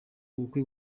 ubukwe